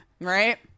Right